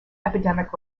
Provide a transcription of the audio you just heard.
epidemic